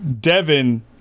devin